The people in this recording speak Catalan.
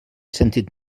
sentit